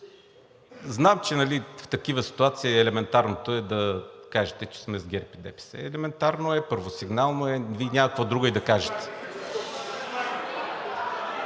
Знам, че в такива ситуации елементарното е да кажете, че сме с ГЕРБ и ДПС. Елементарно е, първосигнално е, Вие няма какво друго и да кажете.